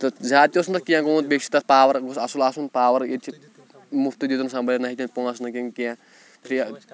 تہٕ زیادٕ تہِ اوس نہٕ تَتھ کینٛہہ گوٚمُت بیٚیہِ چھِ تَتھ پاوَر گوٚژھ اَصٕل آسُن پاوَر ییٚتہِ چھِ مُفتُے دیُٚت اِنسان بَرِ نہٕ ہیٚکہِ نہٕ پۄنٛسہٕ نہٕ کِنۍ کیںٛہہ فری